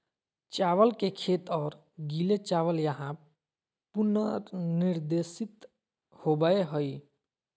चावल के खेत और गीले चावल यहां पुनर्निर्देशित होबैय हइ